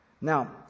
Now